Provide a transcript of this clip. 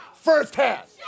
firsthand